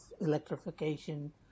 electrification